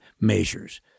measures